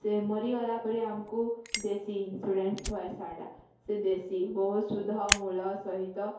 ସେ ମରିଗଲା ପରେ ଆମକୁ ଦେସି ଇନସୁରାନ୍ସ୍ ପଇସାଟା ସେ ଦେସି ବୋହୁତ୍ ଶୁଦ୍ଧ୍ ମୂଲ ସହିତ